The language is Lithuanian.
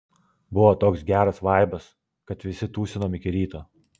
buvo toks geras vaibas kad visi tūsinom iki ryto